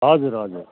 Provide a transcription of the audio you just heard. हजुर हजुर